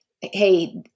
Hey